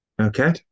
Okay